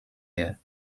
year